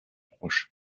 proches